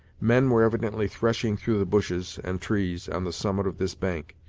men were evidently threshing through the bushes and trees on the summit of this bank,